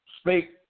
speak